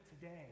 today